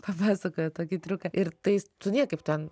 papasakojo tokį triuką ir tais tu niekaip ten